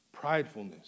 pridefulness